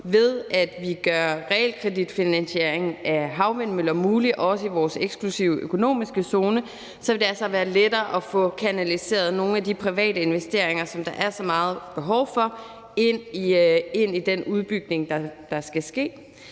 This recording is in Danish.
ved at vi gør realkreditfinansiering af havvindmøller mulig, også i vores eksklusive økonomiske zone, og så vil det altså være lettere at få kanaliseret nogle af de private investeringer, som der er så meget behov for, ind i den udbygning, der skal ske.